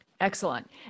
Excellent